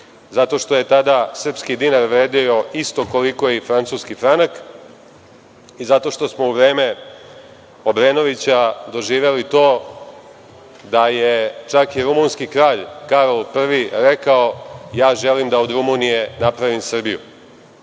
zato što je tada srpski dinar vredeo isto koliko i francuski franak i zato što smo u vreme Obrenovića doživeli to da je čak i rumunski kralj Karol I rekao - ja želim da od Rumunije napravim Srbiju. Na